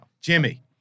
Jimmy